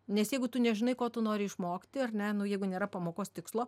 nes jeigu tu nežinai ko tu nori išmokti ar ne nu jeigu nėra pamokos tikslo